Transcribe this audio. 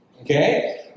Okay